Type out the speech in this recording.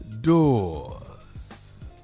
doors